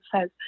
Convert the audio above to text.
says